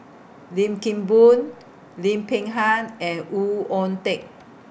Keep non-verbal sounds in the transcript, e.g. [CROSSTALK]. Lim Kim Boon Lim Peng Han and [UNINTELLIGIBLE] Oon Teik